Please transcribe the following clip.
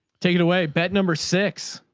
take it away. bets number six,